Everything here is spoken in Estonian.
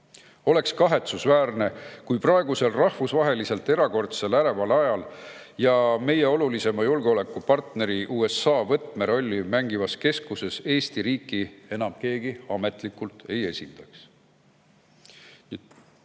Oleks kahetsusväärne, kui praegusel rahvusvaheliselt erakordselt äreval ajal meie oluliseima julgeolekupartneri USA võtmerolli mängivas keskuses Eesti riiki enam keegi ametlikult ei esindaks."